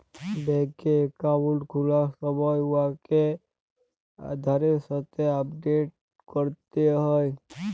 ব্যাংকে একাউল্ট খুলার সময় উয়াকে আধারের সাথে আপডেট ক্যরতে হ্যয়